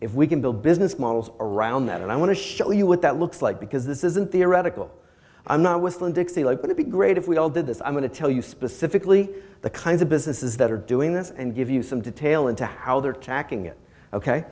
if we can build business models around that and i want to show you what that looks like because this isn't theoretical i'm not whistling dixie like going to be great if we all did this i'm going to tell you specifically the kinds of businesses that are doing this and give you some detail into how